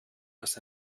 das